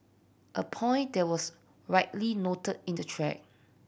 a point that was rightly noted in the thread